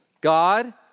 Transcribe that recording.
God